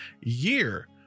year